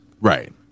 right